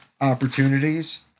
opportunities